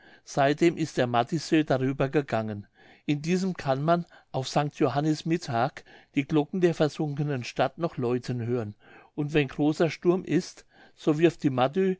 seitdem ist der madüesee darüber gegangen in diesem kann man auf st johannis mittag die glocken der versunkenen stadt noch läuten hören und wenn großer sturm ist so wirft die madüe